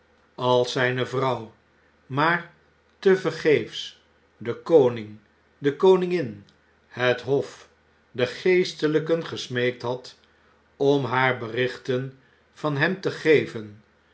als zijne vrouw maar tevergeefs den koning de koningin het hof de geesteljjken gesmeekt had om haar berichten van hem te geven